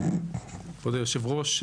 כבוד היושב ראש,